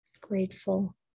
Grateful